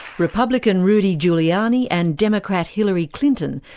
republican rudy guiliani and democrat hillary clinton,